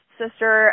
sister